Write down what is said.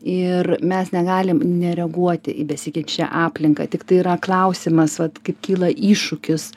ir mes negalim nereaguoti į besikeičiančią aplinką tiktai yra klausimas vat kaip kyla iššūkis